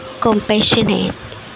compassionate